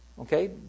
Okay